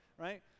right